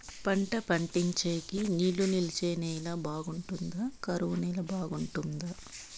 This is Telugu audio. పంట పండించేకి నీళ్లు నిలిచే నేల బాగుంటుందా? కరువు నేల బాగుంటుందా?